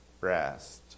rest